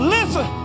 Listen